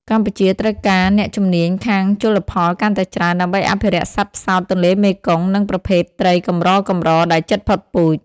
កម្ពុជាត្រូវការអ្នកជំនាញខាងជលផលកាន់តែច្រើនដើម្បីអភិរក្សសត្វផ្សោតទន្លេមេគង្គ និងប្រភេទត្រីកម្រៗដែលជិតផុតពូជ។